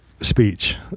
speech